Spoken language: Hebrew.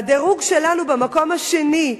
והדירוג שלנו במקום השני,